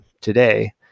today